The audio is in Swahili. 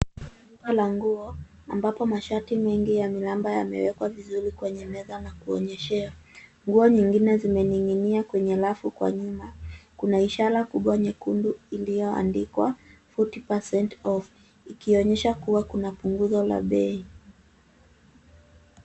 Duka la nguo ambapo mashati mengi ya miraba yamewekwa vizuri kwenye meza ya kuonyeshea. Nguo nyingine zimening'inia kwenye rafu kwa nyuma iliyoandikwa 40% off ikionyesha kuwa kuna punguzo la bei.